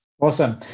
Awesome